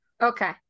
Okay